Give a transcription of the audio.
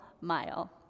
mile